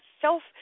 self